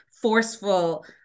forceful